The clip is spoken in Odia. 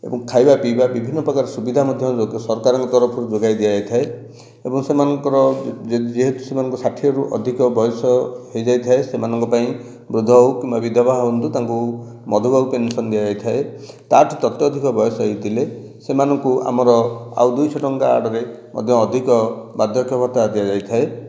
ଏବଂ ଖାଇବା ପିଇବା ବିଭିନ୍ନ ପ୍ରକାରର ସୁବିଧା ମଧ୍ୟ ସରକାରଙ୍କ ତରଫରୁ ଯୋଗାଇ ଦିଆଯାଇଥାଏ ଏଵଂ ସେମାନଙ୍କର ଯେହେତୁ ସେମାନଙ୍କୁ ଷାଠିଏରୁ ଅଧିକ ବୟସ ହେଇଯାଇଥାଏ ସେମାନଙ୍କ ପାଇଁ ବୃଦ୍ଧ ହେଉ କିମ୍ବା ବିଧବା ହୁଅନ୍ତୁ ତାଙ୍କୁ ମଧୁବାବୁ ପେନସନ୍ ଦିଆଯାଇଥାଏ ତାଠାରୁ ତତ୍ୟଧିକ ବୟସ ହେଇଥିଲେ ସେମାନଙ୍କୁ ଆମର ଆଉ ଦୁଇଶହ ଟଙ୍କା ଆଡ଼ରେ ମଧ୍ୟ ଅଧିକ ବାର୍ଦ୍ଧକ୍ୟ ଭତ୍ତା ଦିଆଯାଇଥାଏ